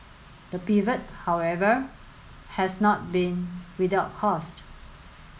the pivot however has not been without cost